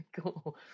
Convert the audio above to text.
cool